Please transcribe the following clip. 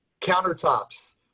countertops